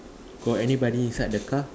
got anybody inside the car